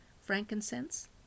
frankincense